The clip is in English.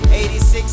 86